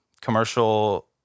commercial